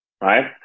Right